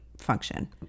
function